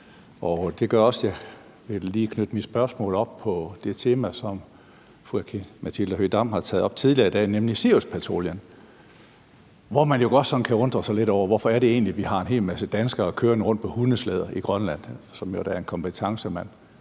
Det gør også, at jeg lige vil knytte mit spørgsmål op på det tema, som fru Aki-Matilda Høegh-Dam har taget op tidligere i dag, nemlig Siriuspatruljen, hvor man jo godt kan undre sig lidt over, hvorfor vi har en hel masse danskere kørende rundt på hundeslæder i Grønland, som jo da er en kompetence, man